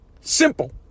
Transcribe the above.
Simple